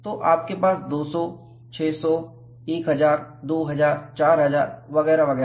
तो आपके पास 200 600 1000 2000 4000 वगैरा वगैरा